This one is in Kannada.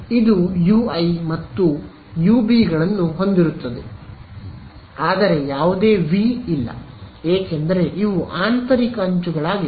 ಇದು ಯುಐ ಮತ್ತು ಯುಬಿಗಳನ್ನು ಹೊಂದಿರುತ್ತದೆ ಆದರೆ ಯಾವುದೇ ವಿ ಇಲ್ಲ ಏಕೆಂದರೆ ಇವು ಆಂತರಿಕ ಅಂಚುಗಳಾಗಿವೆ